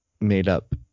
made-up